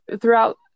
throughout